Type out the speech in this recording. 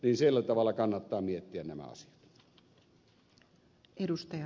sillä tavalla kannattaa miettiä nämä asiat